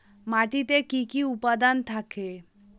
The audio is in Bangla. মাটিতে কি কি উপাদান থাকে?